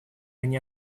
они